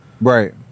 right